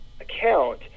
account